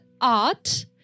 art